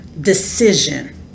decision